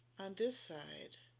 and this side